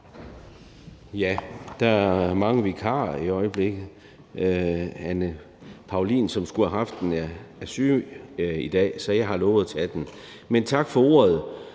Ja, der er mange vikarer i øjeblikket. Anne Paulin, som skulle have haft forslaget, er syg i dag, så jeg har lovet at tage det. Men tak for ordet.